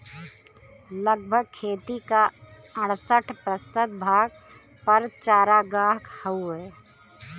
लगभग खेती क अड़सठ प्रतिशत भाग पर चारागाह हउवे